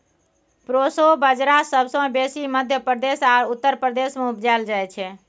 proso बजरा सबसँ बेसी मध्य प्रदेश आ उत्तर प्रदेश मे उपजाएल जाइ छै